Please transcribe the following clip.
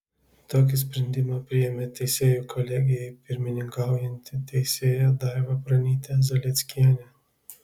tokį sprendimą priėmė teisėjų kolegijai pirmininkaujanti teisėja daiva pranytė zalieckienė